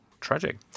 Tragic